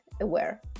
aware